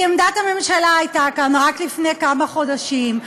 כי עמדת הממשלה הייתה כאן רק לפני כמה חודשים: